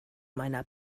meiner